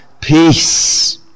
peace